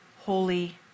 holy